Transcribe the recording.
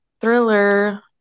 thriller